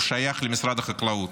הוא שייך למשרד החקלאות,